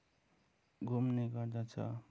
घुम्ने गर्दछ